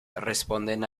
responden